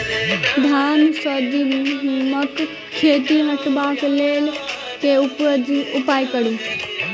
धान सँ दीमक कीट हटाबै लेल केँ उपाय करु?